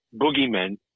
boogeymen